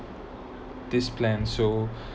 this plan so